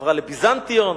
עברה לביזנטיון.